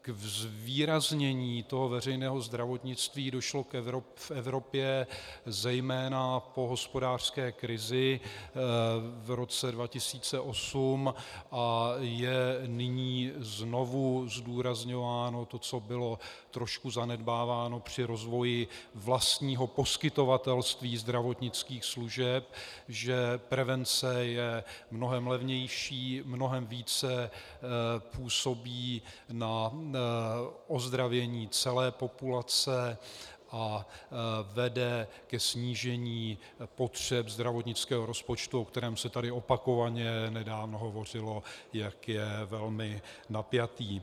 K zvýraznění veřejného zdravotnictví došlo v Evropě zejména po hospodářské krizi v roce 2008 a je nyní znovu zdůrazňováno to, co bylo trošku zanedbáváno při rozvoji vlastního poskytovatelství zdravotnických služeb, že prevence je mnohem levnější, mnohem více působí na ozdravění celé populace a vede ke snížení potřeb zdravotnického rozpočtu, o kterém se tady opakovaně nedávno hovořilo, jak je velmi napjatý.